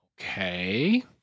Okay